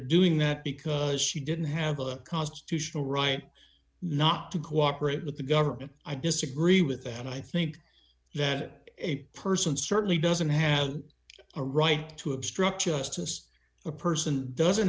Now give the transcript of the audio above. doing that because she didn't have a constitutional right not to cooperate with the government i disagree with that i think that a person certainly doesn't have a right to obstruct justice a person doesn't